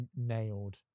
nailed